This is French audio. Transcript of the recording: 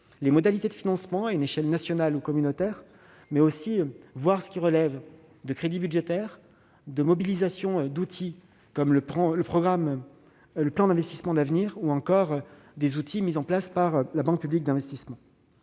les modalités de financement, à une échelle nationale ou communautaire, mais aussi d'examiner ce qui relève de crédits budgétaires, de mobilisation d'outils comme le programme d'investissements d'avenir ou encore des dispositifs mis en place par la Banque publique d'investissement,